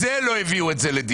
חמד,